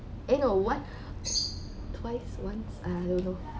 eh no what twice once I don't know